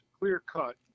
clear-cut